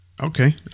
Okay